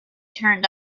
turned